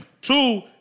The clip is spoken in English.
Two